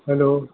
hello